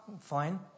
Fine